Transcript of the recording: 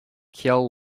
kill